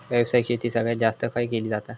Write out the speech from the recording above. व्यावसायिक शेती सगळ्यात जास्त खय केली जाता?